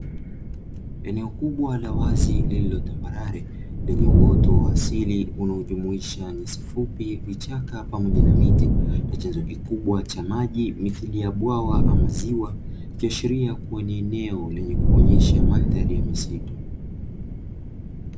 Eneo kubwa la wazi lililotambarare lenye uoto wa asili unaojumuisha nyasi fupi, vichaka pamoja na miti na chanzo kikubwa cha maji mithili ya bwawa ama ziwa; ikiashiria kuwa ni eneo lenye kuonyesha mandhari ya misitu.